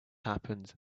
happened